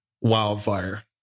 wildfire